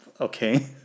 Okay